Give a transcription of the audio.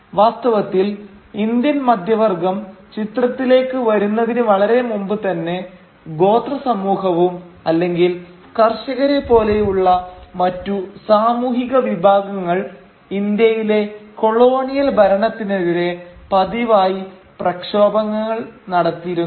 വാസ്തവത്തിൽ ഇന്ത്യൻ മധ്യവർഗ്ഗം ചിത്രത്തിലേക്ക് വരുന്നതിന് വളരെ മുമ്പ് തന്നെ ഗോത്ര സമൂഹവും അല്ലെങ്കിൽ കർഷകരെ പോലെയുള്ള മറ്റു സാമൂഹിക വിഭാഗങ്ങൾ ഇന്ത്യയിലെ കൊളോണിയൽ ഭരണത്തിനെതിരെ പതിവായി പ്രക്ഷോഭങ്ങൾ നടത്തിയിരുന്നു